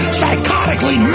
psychotically